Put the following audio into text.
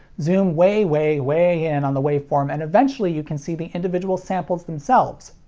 zoom way, way, way in on the waveform, and eventually you can see the individual samples themselves.